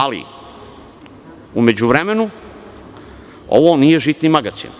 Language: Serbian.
Ali, u međuvremenu ovo nije žitni magacin,